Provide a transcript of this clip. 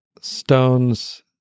stones